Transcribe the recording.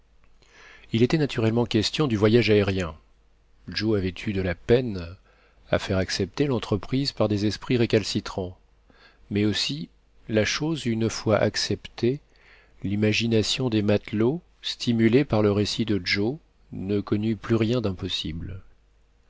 il était naturellement question du voyage aérien joe avait eu de la peine à faire accepter l'entreprise par des esprits récalcitrants mais aussi la chose une fois acceptée l'imagination des matelots stimulée par le récit de joe ne connut plus rien d'impossible